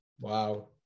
Wow